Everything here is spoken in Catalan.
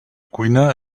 cuina